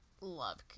love